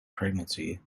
pregnancy